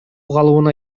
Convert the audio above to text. калыбына